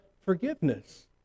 forgiveness